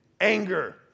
anger